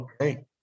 Okay